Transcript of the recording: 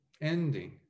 Ending